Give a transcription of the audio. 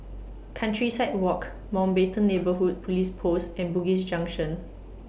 Countryside Walk Mountbatten Neighbourhood Police Post and Bugis Junction